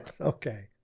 Okay